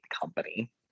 Company